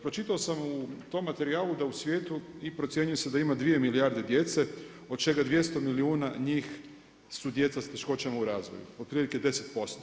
Pročitao sam u tom materijalu da u svijetu i procjenjuje se da ima 2 milijarde djece od čega 200 milijuna njih su djeca sa teškoćama u razvoju, otprilike 10%